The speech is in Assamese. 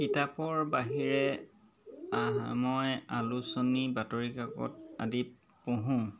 কিতাপৰ বাহিৰে মই আলোচনী বাতৰি কাকত আদি পঢ়োঁ